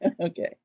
Okay